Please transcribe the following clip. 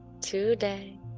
today